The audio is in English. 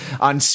On